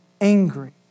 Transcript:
angry